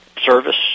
service